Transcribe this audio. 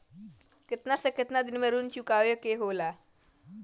केतना से केतना दिन तक ऋण चुकावे के होखेला?